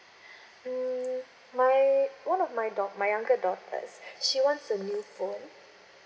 mm my one of my my younger daughters she wants a new phone